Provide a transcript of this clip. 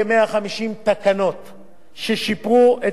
ששיפרו את מצב האזרחים במדינת ישראל